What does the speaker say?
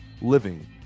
living